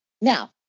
Now